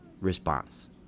response